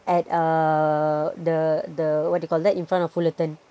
at uh the the what do you call that in front of Fullerton